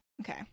Okay